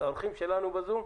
לאורחים שלנו בזום?